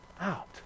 out